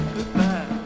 Goodbye